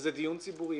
איזה דיון ציבורי?